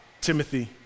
Timothy